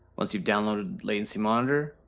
once you've downloaded latency monitor,